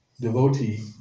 devotee